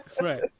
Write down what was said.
Right